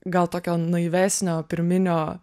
gal tokio naivesnio pirminio